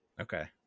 Okay